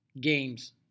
games